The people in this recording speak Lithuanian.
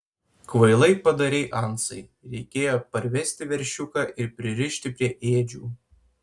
kvailai padarei ansai reikėjo parvesti veršiuką ir pririšti prie ėdžių